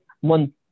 one